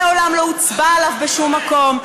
הוא מעולם לא הוצבע בשום מקום,